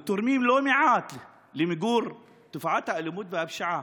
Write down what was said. והם תורמים לא מעט למיגור תופעת האלימות והפשיעה